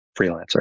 freelancer